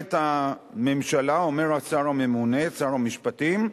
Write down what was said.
אומרת הממשלה, אומר השר הממונה, שר המשפטים: